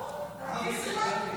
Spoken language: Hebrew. (הוראת שעה), התשפ"ד 2023,